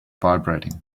vibrating